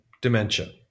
dementia